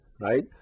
right